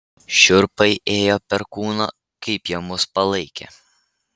šiurpai ėjo per kūną kaip jie mus palaikė